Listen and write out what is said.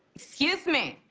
excuse me,